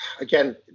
Again